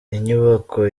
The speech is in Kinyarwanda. inyubako